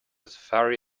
safari